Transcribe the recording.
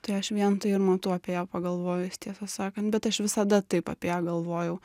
tai aš vien tai ir matau apie ją pagalvojus tiesą sakant bet aš visada taip apie ją galvojau